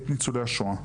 את ניצולי השואה,